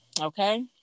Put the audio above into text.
Okay